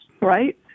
right